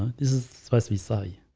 this is supposed to be sorry